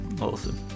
Awesome